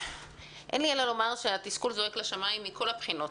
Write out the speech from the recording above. אין לי אלא לומר שהתסכול זועק לשמיים מכל הבחינות,